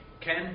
Ken